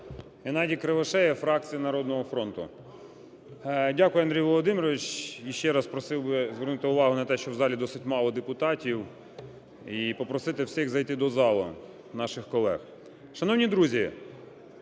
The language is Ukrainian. ГеннадійКривошея, фракція "Народного фронту". Дякую, Андрій Володимирович. Ще раз просив би звернути увагу на те, що в залі досить мало депутатів і попросити всіх зайти до залу наших колег. Шановні друзі,